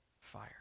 fire